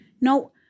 No